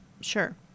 Sure